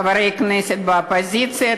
חברי כנסת באופוזיציה,